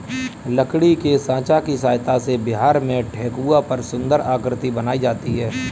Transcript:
लकड़ी के साँचा की सहायता से बिहार में ठेकुआ पर सुन्दर आकृति बनाई जाती है